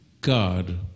god